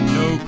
no